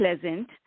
pleasant